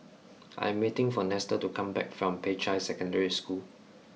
I am waiting for Nestor to come back from Peicai Secondary School